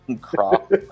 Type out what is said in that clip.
Crop